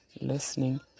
listening